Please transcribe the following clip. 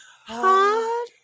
Hot